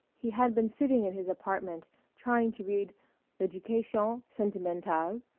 he had been sitting in his apartment trying to read l'education sentimental,